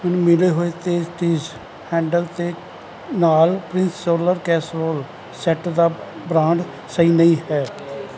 ਮੈਨੂੰ ਮਿਲੇ ਹੋਏ ਤੇਸਟਿਜ਼ ਹੈਂਡਲ ਦੇ ਨਾਲ ਪ੍ਰਿੰਸ ਸੋਲਰ ਕੈਸਰੋਲ ਸੈੱਟ ਦਾ ਬ੍ਰਾਂਡ ਸਹੀ ਨਹੀਂ ਹੈ